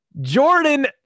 jordan